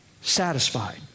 satisfied